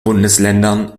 bundesländern